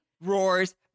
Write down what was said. roars